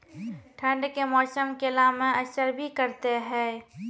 ठंड के मौसम केला मैं असर भी करते हैं?